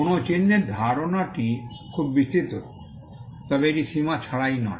কোনও চিহ্নের ধারণাটি খুব বিস্তৃত তবে এটি সীমা ছাড়াই নয়